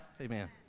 Amen